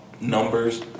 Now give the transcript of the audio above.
numbers